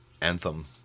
anthem